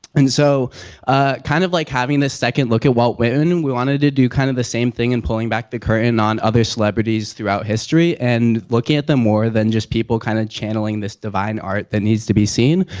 and so ah kind of like having this second look at walt whitman, we wanted to do kind of the same thing on and pulling back the curtain on other celebrities throughout history and looking at them more than just people kind of channeling this divine art that needs to be seen.